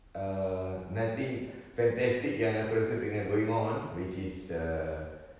err nothing fantastic yang aku rasa tengah going on